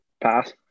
pass